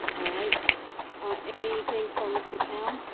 all right. any thing for mr. town?